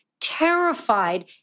terrified